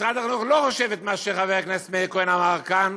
משרד החינוך לא חושב את מה שחבר הכנסת מאיר כהן אמר כאן,